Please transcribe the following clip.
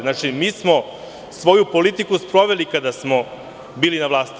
Znači, mi smo svoju politiku sproveli kada smo bili na vlasti.